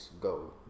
go